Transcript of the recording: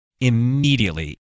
immediately